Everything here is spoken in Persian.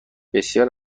بسیار